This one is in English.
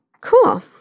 Cool